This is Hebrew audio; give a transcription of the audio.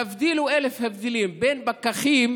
תבדילו אלף הבדלים בין פקחים